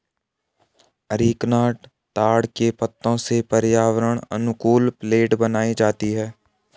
areca nut ताड़ के पत्तों से पर्यावरण अनुकूल प्लेट बनाई जाती है